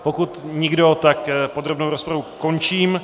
Pokud nikdo, tak podrobnou rozpravu končím.